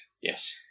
Yes